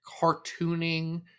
cartooning